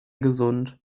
gesund